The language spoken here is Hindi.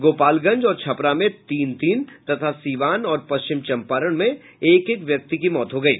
गोपालगंज और छपरा में तीन तीन तथा सीवान और पश्चिम चंपारण में एक एक व्यक्ति की मौत हो गयी